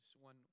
One